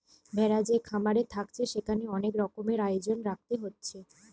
ভেড়া যে খামারে থাকছে সেখানে অনেক রকমের আয়োজন রাখতে হচ্ছে